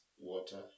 water